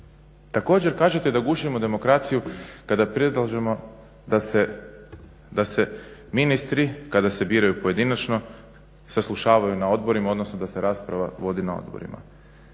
Također kažete da gušimo demokraciju kada predlažemo da se ministri kada se biraju pojedinačno saslušavaju na odborima odnosno da se rasprava vodi na odborima.